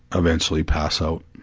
eventually pass out,